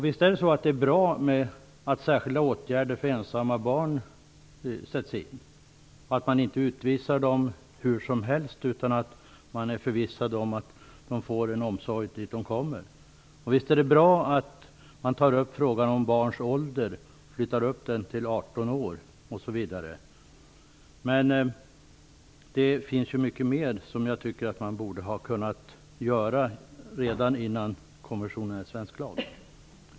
Visst är det bra att särskilda åtgärder för ensamma barn sätts in och att man inte utvisar dem hur som helst utan att vara förvissad om att de får omsorg på det ställe dit de kommer. Det är också bra att frågan om barns ålder tas upp, att denna flyttas upp till 18 år osv. Men jag tycker att man borde ha kunnat göra mycket mer redan innan konventionen blir svensk lag.